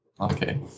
okay